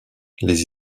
les